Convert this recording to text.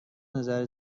نظر